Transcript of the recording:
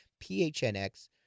PHNX